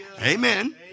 Amen